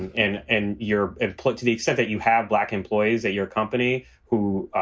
and and you're employed to the extent that you have black employees at your company who,